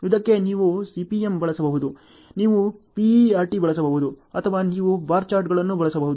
ಇದಕ್ಕೆ ನೀವು CPM ಬಳಸಬಹುದು ನೀವು PERT ಬಳಸಬಹುದು ಅಥವಾ ನೀವು ಬಾರ್ ಚಾರ್ಟ್ಗಳನ್ನು ಬಳಸಬಹುದು